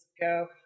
go